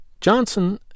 Johnson